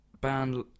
band